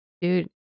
Dude